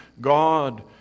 God